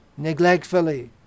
neglectfully